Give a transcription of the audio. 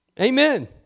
Amen